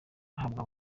ahabwa